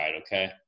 okay